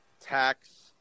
tax